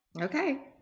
Okay